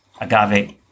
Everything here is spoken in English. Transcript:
agave